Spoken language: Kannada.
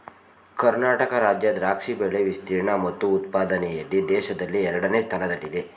ಕರ್ನಾಟಕ ರಾಜ್ಯ ದ್ರಾಕ್ಷಿ ಬೆಳೆ ವಿಸ್ತೀರ್ಣ ಮತ್ತು ಉತ್ಪಾದನೆಯಲ್ಲಿ ದೇಶದಲ್ಲೇ ಎರಡನೇ ಸ್ಥಾನದಲ್ಲಿದೆ